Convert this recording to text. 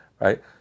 right